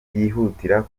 yihutira